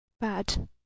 bad